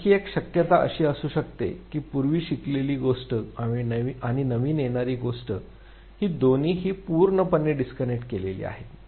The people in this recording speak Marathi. आणि आणखी एक शक्यता अशी असू शकते की पूर्वी शिकलेली गोष्ट आणि नवीन येणारी गोष्ट ही दोन्हीही पूर्णपणे डिस्कनेक्ट केलेली आहेत